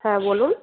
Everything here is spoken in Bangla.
হ্যাঁ বলুন